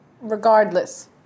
Regardless